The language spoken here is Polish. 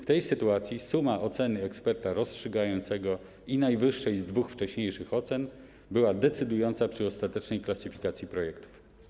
W tej sytuacji suma oceny eksperta rozstrzygającego i najwyższej z dwóch wcześniejszych ocen była decydująca przy ostatecznej klasyfikacji projektów.